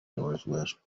northwest